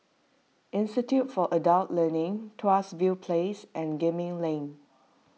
Institute for Adult Learning Tuas View Place and Gemmill Lane